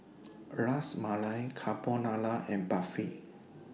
Ras Malai Carbonara and Barfi